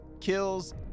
kills